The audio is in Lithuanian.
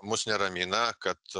mus neramina kad